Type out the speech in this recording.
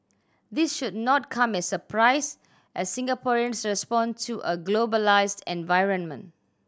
this should not come as surprise as Singaporeans respond to a globalised environment